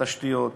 תשתיות,